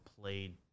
played